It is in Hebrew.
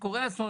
אסון,